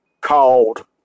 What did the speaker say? called